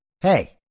hey